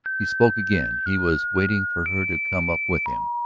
he spoke again he was waiting for her to come up with him.